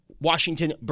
Washington